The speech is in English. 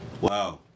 Wow